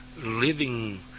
living